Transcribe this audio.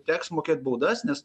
teks mokėt baudas nes